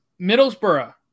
Middlesbrough